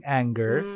anger